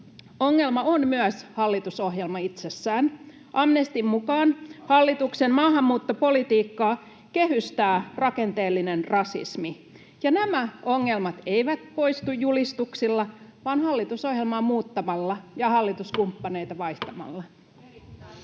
Ongelma on myös hallitusohjelma itsessään. Amnestyn mukaan hallituksen maahanmuuttopolitiikkaa kehystää rakenteellinen rasismi. Ja nämä ongelmat eivät poistu julistuksilla vaan hallitusohjelmaa muuttamalla ja hallituskumppaneita [Puhemies